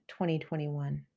2021